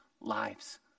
lives